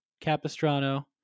Capistrano